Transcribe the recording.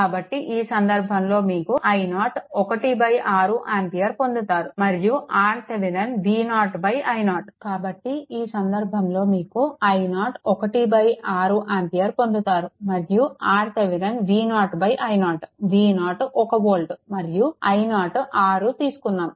కాబట్టి ఈ సందర్భంలో మీకు i0 16 ఆంపియర్ పొందుతారు మరియు RThevenin V0i0 V0 1 వోల్ట్ మరియు i0 6 తీసుకున్నాము